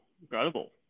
incredible